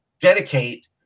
dedicate